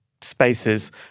spaces